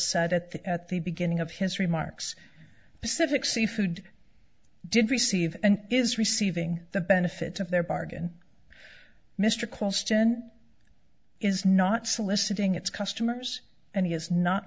said at the at the beginning of his remarks sipek seafood did receive and is receiving the benefits of their bargain mr question is not soliciting its customers and he is not